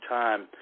time